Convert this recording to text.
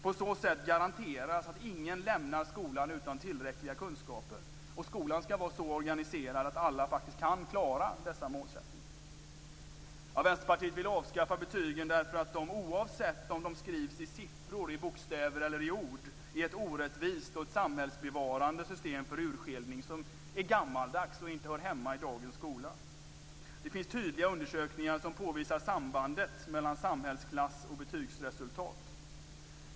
På så sätt garanteras att ingen lämnar skolan utan tillräckliga kunskaper. Skolan skall vara så organiserad att alla faktiskt kan klara dessa målsättningar. Vänsterpartiet vill avskaffa betygen därför att de, oavsett om de skrivs i siffror, i bokstäver eller i ord, är ett orättvist och samhällsbevarande system för urskiljning som är gammaldags och inte hör hemma i dagens skola. Det finns tydliga undersökningar som påvisar sambandet mellan samhällsklass och betygsresultat.